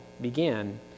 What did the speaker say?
began